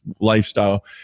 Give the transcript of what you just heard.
lifestyle